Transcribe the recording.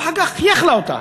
ואחר כך היא אכלה אותה,